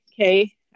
Okay